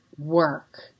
work